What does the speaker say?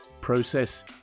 process